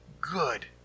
good